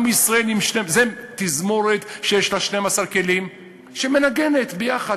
עם ישראל, זו תזמורת שיש לה 12 כלים, שמנגנת ביחד.